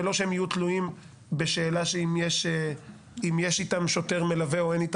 כדי שהם לא יהיו תלויים בשאלה של אם יש איתם שוטר מלווה או לא,